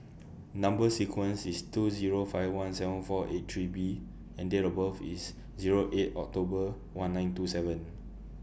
Number sequence IS two Zero five one seven four eight three B and Date of birth IS Zero eight October one nine two seven